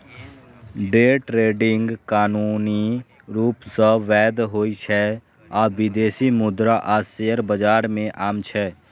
day trading कानूनी रूप सं वैध होइ छै आ विदेशी मुद्रा आ शेयर बाजार मे आम छै